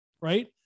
right